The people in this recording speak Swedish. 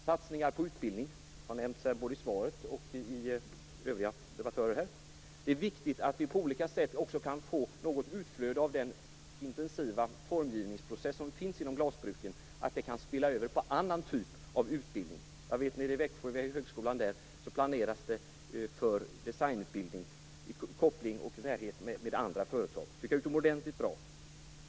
Satsningar på utbildning har nämnts både i svaret och av övriga debattörer. Det är viktigt att vi på olika sätt också kan få något utflöde av den intensiva formgivningsprocess som finns inom glasbruken och att den kan spilla över på annan typ av utbildning. Vid t.ex. högskolan i Växjö planeras det för designutbildning i koppling och närhet med andra företag. Det tycker jag är utomordentligt bra.